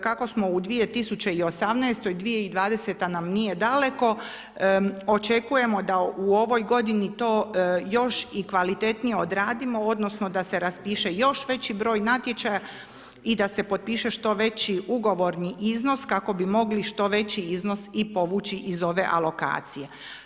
Kako smo u 2018., 2020. nam nije daleko, očekujemo da u ovoj godini to još i kvalitetnije odradimo, odnosno da se raspiše još veći broj natječaja i da se potpiše što veći ugovorni iznos kako bi mogli što veći iznos i povući iz ove alokacije.